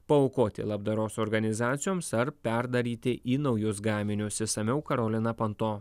paaukoti labdaros organizacijoms ar perdaryti į naujus gaminius išsamiau karolina panto